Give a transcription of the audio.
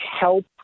help